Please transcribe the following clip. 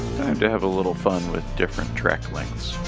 time to have a little fun with different track lengths